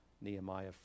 Nehemiah